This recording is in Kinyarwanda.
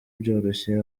byoroshye